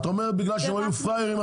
את אומרת בגלל שהם היו פראיירים,